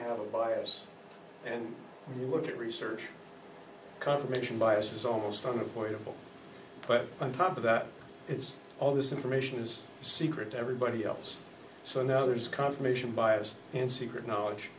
have a bias and you look at research confirmation bias is almost unavoidable but on top of that it's all this information is secret everybody else so now there's confirmation bias and secret knowledge